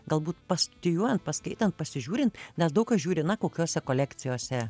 galbūt pastudijuojant paskaitant pasižiūrint nes daug kas žiūri na kokiose kolekcijose